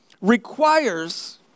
requires